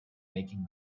making